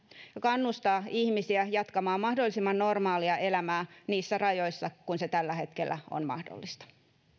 ja kannustettava ihmisiä jatkamaan mahdollisimman normaalia elämää niissä rajoissa joissa se tällä hetkellä on mahdollista